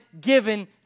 given